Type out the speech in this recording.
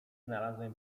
znalazłem